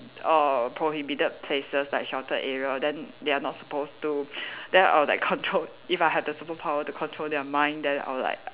or prohibited places like sheltered area then that they are not supposed to then I will like control if I had the superpower to control their mind then I will like